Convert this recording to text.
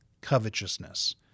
covetousness